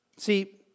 See